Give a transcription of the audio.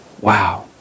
wow